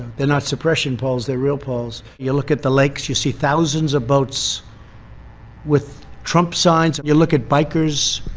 they're not suppression polls. they're real polls. you look at the lakes, you see thousands of boats with trump signs. you look at bikers,